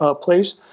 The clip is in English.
place